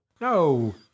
No